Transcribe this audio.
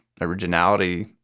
originality